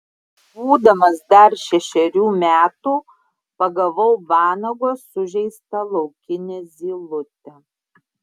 būdamas dar šešerių metų pagavau vanago sužeistą laukinę zylutę